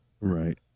Right